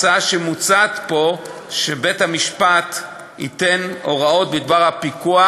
הצעד שמוצע פה זה שבית-המשפט ייתן הוראות בדבר הפיקוח,